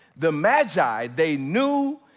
the magi, they knew,